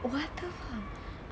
what the fuck